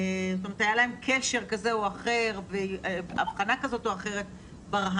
זאת אומרת היה להם קשר כזה או אחר והבחנה כזאת או אחרת ברה"נית,